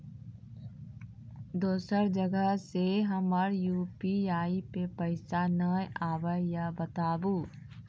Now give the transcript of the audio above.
दोसर जगह से हमर यु.पी.आई पे पैसा नैय आबे या बताबू?